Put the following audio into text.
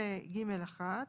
ו-(ג1),